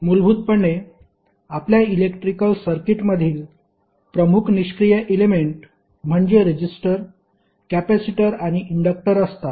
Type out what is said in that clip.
मूलभूतपणे आपल्या इलेक्ट्रिकल सर्किटमधील प्रमुख निष्क्रीय एलेमेंट म्हणजे रेजिस्टर कॅपेसिटर आणि इंडक्टर असतात